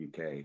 UK